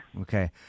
Okay